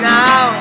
now